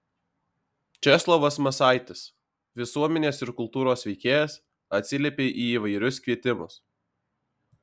česlovas masaitis visuomenės ir kultūros veikėjas atsiliepia į įvairius kvietimus